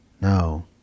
No